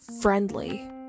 friendly